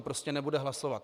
Prostě nebude hlasovat.